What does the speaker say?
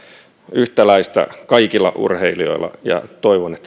yhtäläistä kaikilla urheilijoilla toivon että